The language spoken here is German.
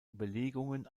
überlegungen